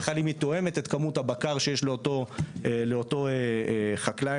בכלל היא תואמת את כמות הבקר שיש לאותו חקלאי,